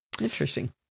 Interesting